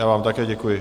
Já vám také děkuji.